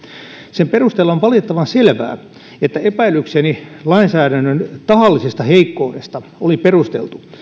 sen perusteella on valitettavan selvää että epäilykseni lainsäädännön tahallisesta heikkoudesta oli perusteltu